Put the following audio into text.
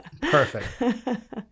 Perfect